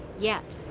yet,